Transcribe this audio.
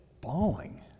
bawling